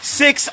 six